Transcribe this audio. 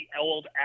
old